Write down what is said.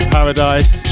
Paradise